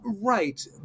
Right